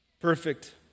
Perfect